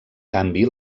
canvi